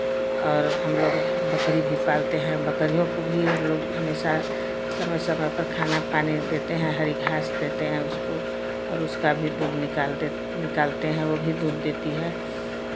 और हमलोग बकरी भी पालते हैं बकरियों को भी हमलोग हमेशा समय समय पर खाना पानी देते हैं हरी घास देते हैं उसको और उसका भी दूध निकाल दे निकालते हैं वो भी दूध देती है